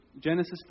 Genesis